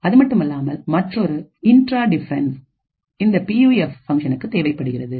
அதுமட்டுமில்லாமல் மற்றொரு intra difference இந்த பியூஎஃப் ஃபங்ஷனுக்கு தேவைப்படுகின்றது